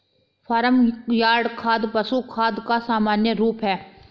farm yard खाद पशु खाद का सामान्य रूप है